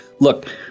look